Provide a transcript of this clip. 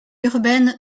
urbaine